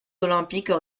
olympiques